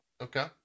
Okay